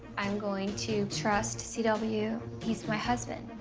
i'm going to trust c w. he's my husband.